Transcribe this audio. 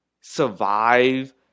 survive